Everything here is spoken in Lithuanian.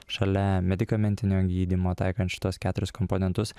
šalia medikamentinio gydymo taikant šituos keturis komponentus